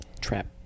Trap